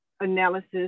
analysis